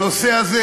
הנושא הזה